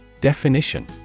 Definition